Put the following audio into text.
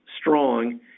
strong –